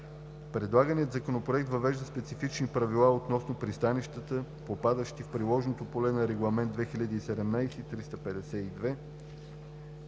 Предлаганият законопроект въвежда специфични правила относно пристанищата, попадащи в приложното поле на Регламент (ЕС) 2017/352,